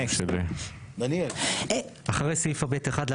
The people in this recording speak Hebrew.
שזה יחול אחרי פסק דין --- אבל אם זה אותו רעיון אז אפשר כבר להתקדם.